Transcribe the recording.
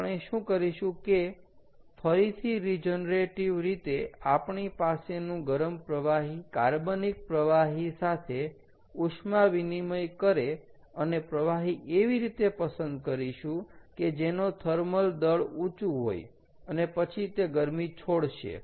આપણે શું કરીશું કે ફરીથી રીજનરેટીવ રીતે આપણી પાસે નું ગરમ પ્રવાહી કાર્બનિક પ્રવાહી સાથે ઉષ્મા વિનિમય કરે અને પ્રવાહી એવી રીતે પસંદ કરીશું કે જેનો થર્મલ દળ ઊંચું હોય અને પછી તે ગરમી છોડશે